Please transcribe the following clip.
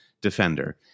defender